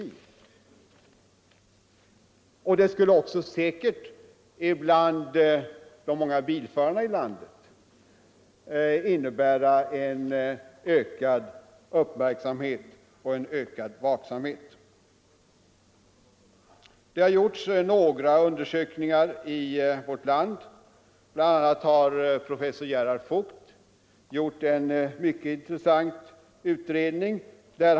Det skulle också säkert bland de många bilförarna i landet innebära ökad uppmärksamhet och ökad vaksamhet. Det har gjorts några undersökningar i vårt land. Bl. a. har professor Gerhard Voigt gjort en mycket intressant utredning.